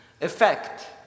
effect